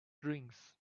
drinks